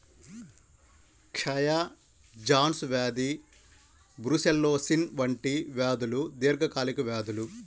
క్షయ, జాన్స్ వ్యాధి బ్రూసెల్లోసిస్ వంటి వ్యాధులు దీర్ఘకాలిక వ్యాధులు